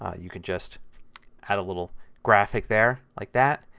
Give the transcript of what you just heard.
you can just add a little graphic there, like that,